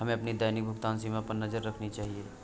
हमें अपनी दैनिक भुगतान सीमा पर नज़र रखनी चाहिए